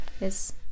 yes